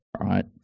Right